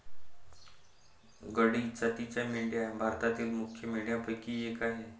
गड्डी जातीच्या मेंढ्या भारतातील मुख्य मेंढ्यांपैकी एक आह